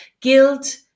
guilt